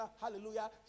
hallelujah